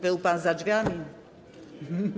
Był pan za drzwiami.